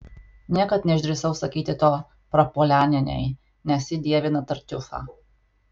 niekad neišdrįsau sakyti to prapuolenienei nes ji dievina tartiufą